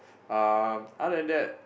um other than that